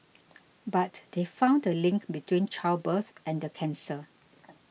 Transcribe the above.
but they found a link between childbirth and the cancer